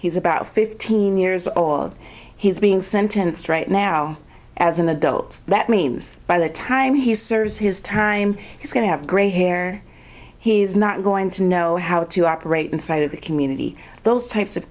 he's about fifteen years old he's being sentenced right now as an adult that means by the time he serves his time he's going to have gray hair he's not going to know how to operate inside of the community those types of